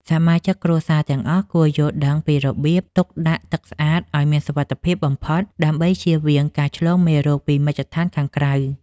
សមាជិកគ្រួសារទាំងអស់គួរយល់ដឹងពីរបៀបទុកដាក់ទឹកស្អាតឱ្យមានសុវត្ថិភាពបំផុតដើម្បីចៀសវាងការឆ្លងមេរោគពីមជ្ឈដ្ឋានខាងក្រៅ។